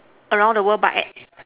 around the world but act~